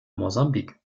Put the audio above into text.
mosambik